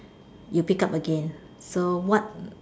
you pick up again so what